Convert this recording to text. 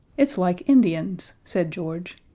it's like indians, said george,